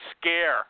scare